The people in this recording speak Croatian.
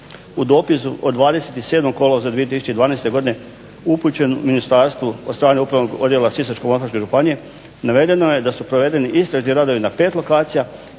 U dopisu od 27. kolovoza 2012. godine upućenom ministarstvu od strane Upravnog odjela Sisačko-moslavačke županije navedeno je da su provedeni istražni radovi na pet lokacija